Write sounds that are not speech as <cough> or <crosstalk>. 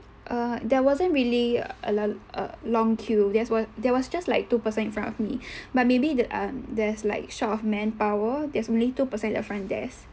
err there wasn't really a a long queue there were there was just like two person in front of me <breath> but maybe the um there's like short of manpower there's only two person at the front desk